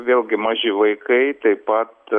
vėlgi maži vaikai taip pat